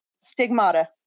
stigmata